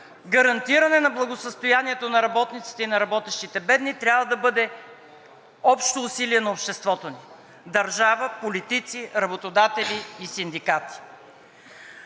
гарантиране на благосъстоянието на работниците и на работещите бедни трябва да бъде общо усилие на обществото ни – държавата, политици, работодатели и синдикати.